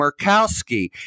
Murkowski